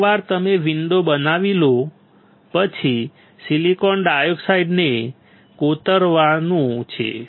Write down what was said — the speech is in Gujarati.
એકવાર તમેવિન્ડો બનાવી લો પછી સિલિકોન ડાયોક્સાઇડને કોતરવાનું છે